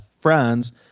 friends